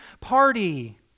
party